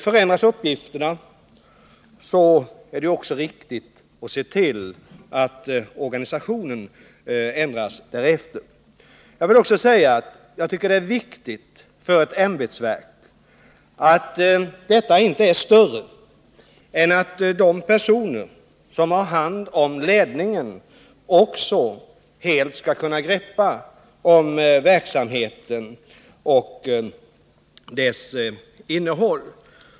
Förändras uppgifterna, är det viktigt att se till att organisationen ändras därefter. Det är också viktigt att ett ämbetsverk inte är större än att de personer som har hand om ledningen också helt kan greppa om verksamheten och dess innehåll.